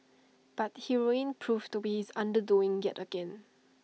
but heroin proved to be his undoing yet again